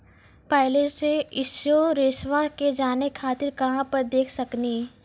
पहले के इंश्योरेंसबा के जाने खातिर कहां पर देख सकनी?